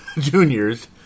Juniors